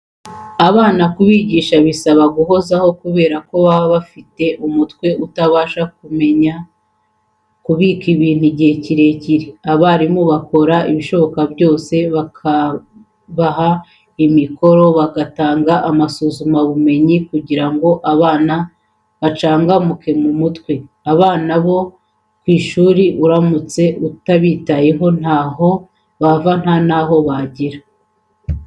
Abana kubigisha bisaba guhozaho kubera ko baba bafite umutwe utarabasha kumenya kubika ibintu igihe kirekire. Abarimu bakora ibishoboka byose bakabaha imikoro, bagatanga amasuzumabumenyi kugira ngo abana bacangamuke mu mutwe. Abana bo ku ishuri uramutse utabitayeho ntaho bava kandi nta n'aho bagera.